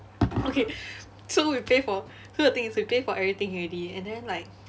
okay so we pay for so the thing is we pay for everything already and then like